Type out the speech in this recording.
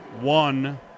one